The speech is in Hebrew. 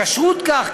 כשרות כך,